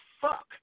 fuck